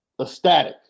ecstatic